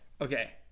Okay